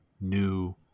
new